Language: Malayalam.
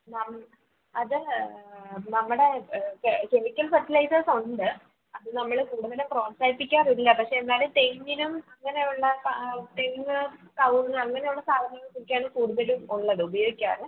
മാം അത് നമ്മുടെ കെ കെമിക്കൽ ഫെർട്ടിലൈസേഴ്സ് ഉണ്ട് അത് നമ്മള് കൂടുതല് പ്രോത്സാഹിപ്പിക്കാറില്ല പക്ഷെ എന്നാലും തെങ്ങിനും അങ്ങനയുളള തെങ്ങ് കവുങ്ങ് അങ്ങനെയുള്ള സാധനങ്ങൾക്കൊക്കെ ആണ് കൂടുതലും ഉള്ളത് ഉപയോഗിക്കാറ്